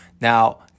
Now